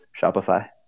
Shopify